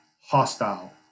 hostile